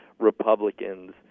Republicans